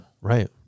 Right